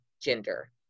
gender